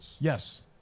Yes